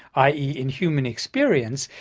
i. e. in human experience,